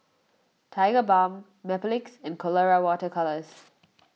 Tigerbalm Mepilex and Colora Water Colours